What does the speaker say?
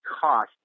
cost